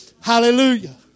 Hallelujah